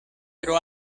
tro